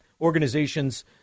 organizations